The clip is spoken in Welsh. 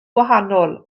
gwahanol